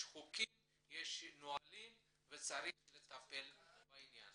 יש חוקים, יש נהלים וצריך לטפל בעניין.